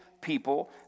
people